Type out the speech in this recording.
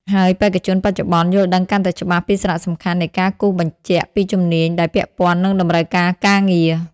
ហើយបេក្ខជនបច្ចុប្បន្នយល់ដឹងកាន់តែច្បាស់ពីសារៈសំខាន់នៃការគូសបញ្ជាក់ពីជំនាញដែលពាក់ព័ន្ធនឹងតម្រូវការការងារ។